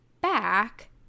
back